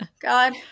God